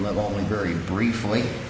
level and very briefly